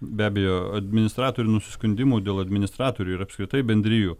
be abejo administratorių nusiskundimų dėl administratorių ir apskritai bendrijų